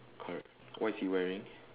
alright what is he wearing